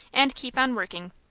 and keep on working.